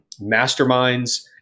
masterminds